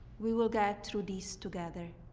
we will get through these together.